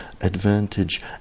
advantage